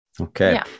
Okay